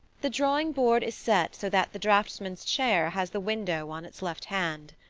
the drawing-board is set so that the draughtsman's chair has the window on its left hand.